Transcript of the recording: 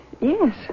yes